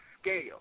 scale